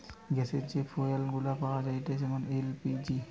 গ্যাসের যে ফুয়েল গুলা পাওয়া যায়েটে যেমন এল.পি.জি